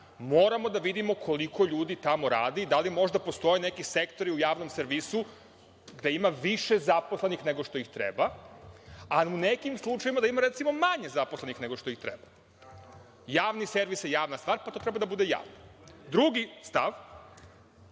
Moramo da vidimo koliko ljudi tamo radi i da li možda postoje neki sektori u javnom servisu gde ima više zaposlenih neto što ih treba, a u nekim slučajevima da ima recimo, manje zaposlenih nego što treba. Javni servis je javna stvar, pa to treba da bude javno. Drugi stav